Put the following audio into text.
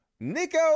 nico